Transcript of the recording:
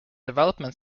development